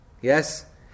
yes